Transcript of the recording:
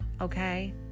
okay